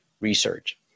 research